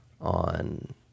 on